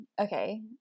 okay